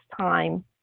time